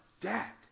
Dad